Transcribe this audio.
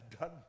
done